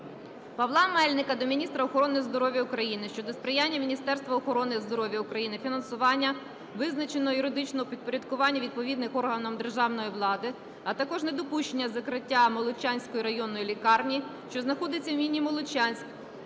Павла Мельника до міністра охорони здоров'я України щодо сприяння Міністерства охорони здоров'я України фінансуванню, визначенню юридичного підпорядкування відповідним органам державної влади, а також недопущенню закриття Молочанської районної лікарні, що знаходиться у місті Молочанськ